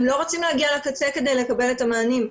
הם לא רוצים להגיע לקצה כדי לקבל את המענים.